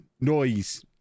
noise